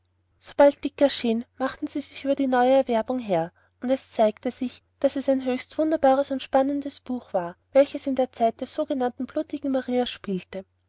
sobald dick erschien machten sie sich über die neue erwerbung her und es zeigte sich daß es ein höchst wunderbares und spannendes buch war welches in der zeit der sogenannten blutigen maria spielte